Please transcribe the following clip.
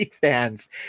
fans